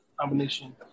combination